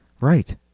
Right